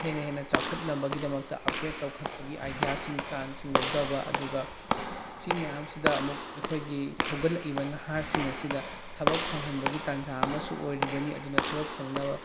ꯍꯦꯟꯅ ꯍꯦꯟꯅ ꯆꯥꯎꯈꯠꯅꯕꯒꯤꯗꯃꯛꯇ ꯑꯞꯒ꯭ꯔꯦꯠ ꯇꯧꯈꯠꯄꯒꯤ ꯑꯥꯏꯗꯤꯌꯥꯁꯤꯡ ꯄ꯭ꯂꯥꯟꯁꯤꯡ ꯂꯧꯊꯕ ꯑꯗꯨꯒ ꯁꯤ ꯃꯌꯥꯝꯁꯤꯗ ꯑꯃꯨꯛ ꯑꯩꯈꯣꯏꯒꯤ ꯍꯧꯒꯠꯂꯛꯏꯕ ꯅꯍꯥꯁꯤꯡ ꯑꯁꯤꯗ ꯊꯕꯛ ꯐꯪꯍꯟꯕꯒꯤ ꯇꯟꯖꯥ ꯑꯃꯁꯨ ꯑꯣꯏꯔꯤꯕꯅꯤ ꯑꯗꯨꯅ ꯊꯕꯛ ꯐꯪꯅꯕ